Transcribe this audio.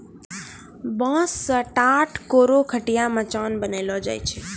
बांस सें ठाट, कोरो, खटिया, मचान बनैलो जाय छै